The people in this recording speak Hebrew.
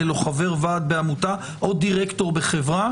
או חבר ועד בעמותה או דירקטור בחברה,